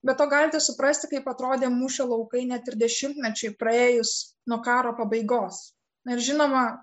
be to galite suprasti kaip atrodė mūšio laukai net ir dešimtmečiui praėjus nuo karo pabaigos na ir žinoma